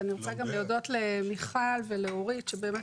אני רוצה גם להודות למיכל ולאורית שבאמת